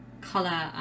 color